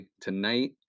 tonight